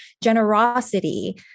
generosity